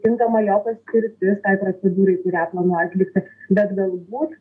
tinkama jo paskirtis tai procedūrai kurią planuoja atlikta bet galbūt